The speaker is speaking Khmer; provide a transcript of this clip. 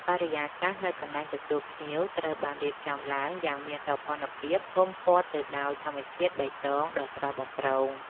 បរិយាកាសនៅកន្លែងទទួលភ្ញៀវត្រូវបានរៀបចំឡើងយ៉ាងមានសោភ័ណភាព ហ៊ុមព័ទ្ធទៅដោយធម្មជាតិបៃតងដ៏ស្រស់បំព្រង។